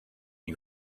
you